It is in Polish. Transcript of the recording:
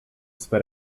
swe